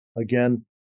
Again